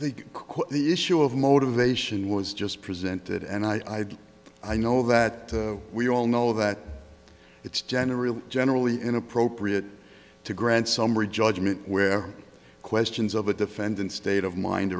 quote the issue of motivation was just presented and i said i know that we all know that it's generally generally inappropriate to grant summary judgment where questions of a defendant state of mind